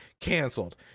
canceled